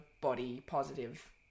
body-positive